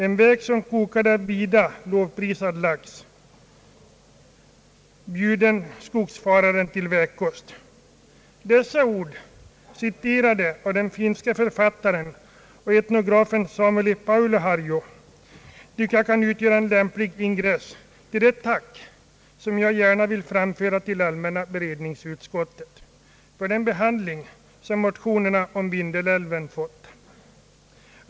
En väg som kokade av vida lovprisad lax och sik, bjuden skogsfararen till vägkost.» Dessa ord av den finske författaren och etnografen Samuli Paulaharju kan utgöra en lämplig ingress till det tack som jag gärna vill framföra till allmänna beredningsutskottet för den behandling som motionerna om Vindelälven har fått.